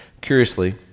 Curiously